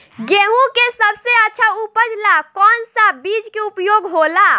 गेहूँ के सबसे अच्छा उपज ला कौन सा बिज के उपयोग होला?